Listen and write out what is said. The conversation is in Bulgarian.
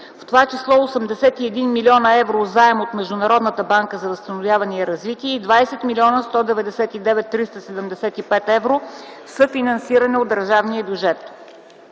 в т.ч. 81 млн. евро заем от Международната банка за възстановяване и развитие и 20 млн. 199 хил. 375 евро съфинансиране от държавния бюджет.